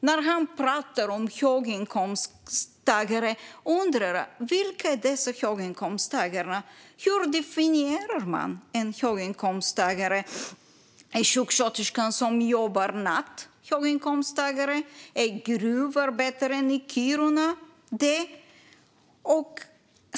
När han pratar om höginkomsttagare undrar jag: Vilka är dessa höginkomsttagare? Hur definierar man en höginkomsttagare? Är sjuksköterskan som jobbar natt höginkomsttagare? Är gruvarbetaren i Kiruna det?